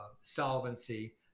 solvency